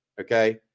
Okay